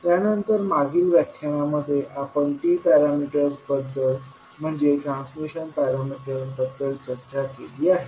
त्यानंतर मागील व्याख्यानामध्ये आपण T पॅरामीटर्सबद्दल म्हणजे ट्रान्समिशन पॅरामीटर्सबद्दल चर्चा केली आहे